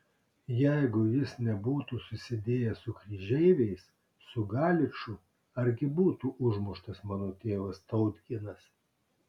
jeigu jis nebūtų susidėjęs su kryžeiviais su galiču argi būtų užmuštas mano tėvas tautginas